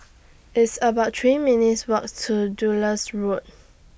It's about three minutes' Walk to Road